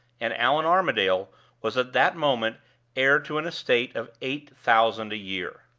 and allan armadale was at that moment heir to an estate of eight thousand a year!